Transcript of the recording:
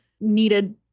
needed